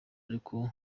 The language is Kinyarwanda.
ariko